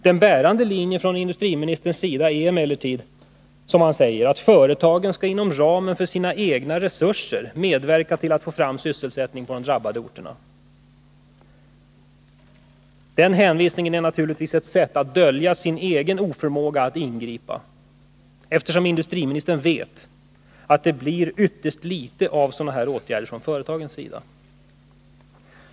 Den bärande linjen från industriministerns sida är emellertid, som han säger, att företagen inom ramen för sina egna resurser skall medverka till att få fram sysselsättning på de drabbade orterna. Den hänvisningen är naturligtvis ett sätt att dölja sin egen oförmåga att ingripa, eftersom industriministern vet att det blir ytterst litet av sådana åtgärder från företagens sida.